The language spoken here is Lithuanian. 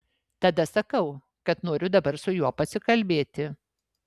tada sakau kad noriu dabar su juo pasikalbėti